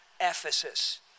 Ephesus